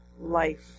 life